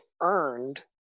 earned